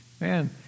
Man